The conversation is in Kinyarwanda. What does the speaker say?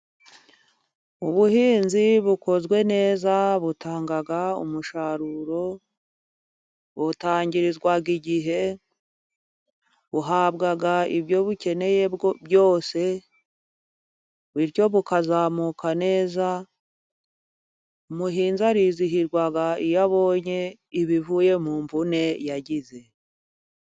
Ubuhinzi bukozwe neza butanga umusaruro. Butangirizwa igihe, buhabwa ibyo bukeneye byose bityo bukazamuka neza. Umuhinzi arizihirwa iyo abonye ibivuye mu mvune yagize.